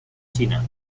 china